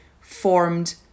formed